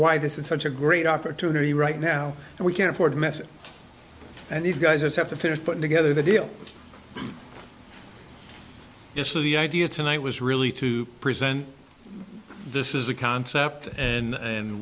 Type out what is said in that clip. why this is such a great opportunity right now and we can't afford messi and these guys have to finish putting together the deal just so the idea tonight was really to present this is a concept and